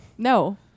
No